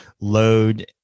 load